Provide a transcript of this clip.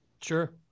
Sure